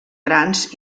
grans